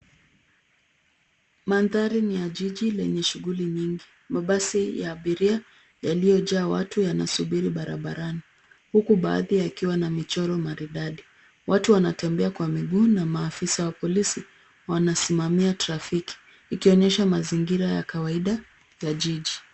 Mandhari ni ya jiji lenye shuguli nyingi. Mabasi ya abiria yaliyojaa watu yanasubiri barabarani huku baadhi yakiwa na michoro maridadi, watu wanatembea kwa miguu na maafisa wa polisi wanasimamia trafiki ikionyesha mazingira ya kawaida ya jiji.